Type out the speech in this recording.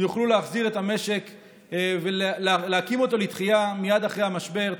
יוכלו להחזיר את המשק ולהקים אותו לתחייה מייד אחרי המשבר.